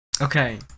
Okay